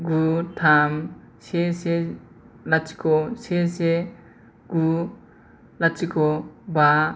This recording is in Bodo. गु थाम से से लाथिख' से से गु लाथिख' बा